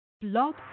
Blog